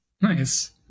Nice